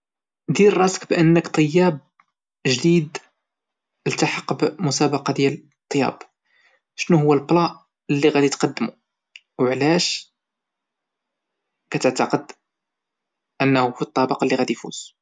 دير راسك بأنك طياب جديد التحق بمسابقة ديال الطياب، شنو هو لpla اللي غادي تقدموا؟ وعلاش كتعتقد أنه الطبق اللي غادي يفوز؟